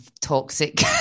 toxic